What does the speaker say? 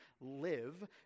live